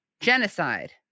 genocide